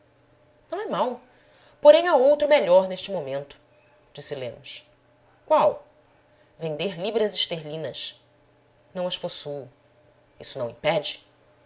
não é mau porém há outro melhor neste momento disse lemos qual vender libras esterlinas não as possuo isso não impede